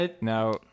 Now